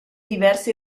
diversi